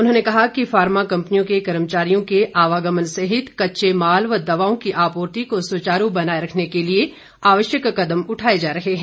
उन्होंने कहा कि फार्मा कम्पनियों के कर्मचारियों के आवागमन सहित कच्चे माल व दवाओं की आपूर्ति को सुचारू बनाए रखने के लिए आवश्यक कदम उठाए जा रहे हैं